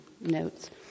notes